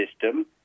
system